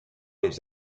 les